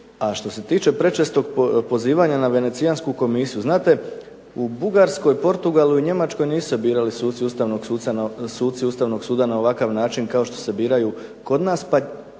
A što se tiče prečestog pozivanja na Venecijansku komisiju. Znate u Bugarskoj, Portugalu i Njemačkoj nisu se birali suci ustavnog suda na ovakav način kao što se biraju kod nas, pa